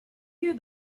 year